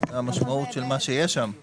יש אצלנו סקירות כאלה.